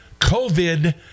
COVID